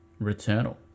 returnal